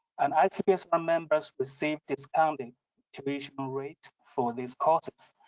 and icpsr members receive discounted tuition rates for these courses.